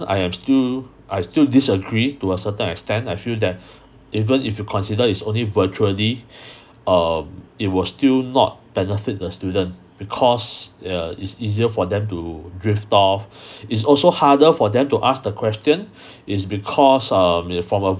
I am still I still disagree to a certain extent I feel that even if you consider it's only virtually um it will still not benefit the student because err it's easier for them to drift off it's also harder for them to ask the question is because um from a